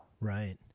Right